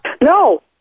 No